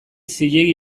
zilegi